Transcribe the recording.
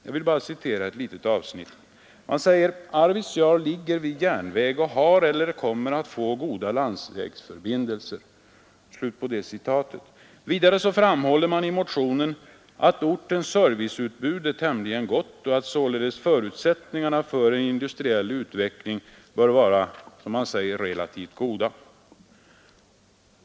Jag vill bara citera ett litet avsnitt: ” Arvidsjaur ligger vid järnväg och har eller får snart goda landsvägsförbindelser åt olika håll.” Vidare framhålls i motionen att ortens serviceutbud är tämligen gott och att således förutsättningarna för en industriell utveckling bör vara relativt goda.